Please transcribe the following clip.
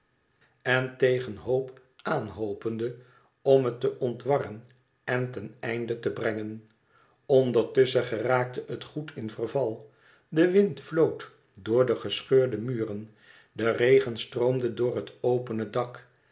en tegen hoop aan hopende om het te ontwarren en ten einde te brengen ondertusschen geraakte het goed in verval de wind floot door de gescheurde muren de regen stroomde door het opene dak